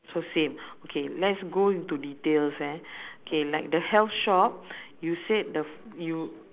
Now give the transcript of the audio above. so same okay let's go into details eh K like the health shop you said the you